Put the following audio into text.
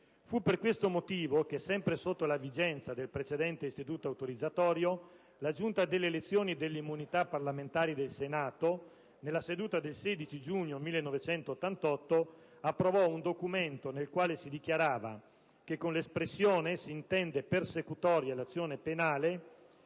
Fu per questo motivo che, sempre sotto la vigenza del precedente istituto autorizzatorio, la Giunta delle elezioni e delle immunità parlamentari del Senato, nella seduta del 16 giugno 1988, approvò un documento nel quale si dichiarava che «con l'espressione s'intende (...) persecutoria l'azione penale